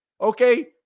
Okay